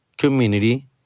Community